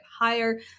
higher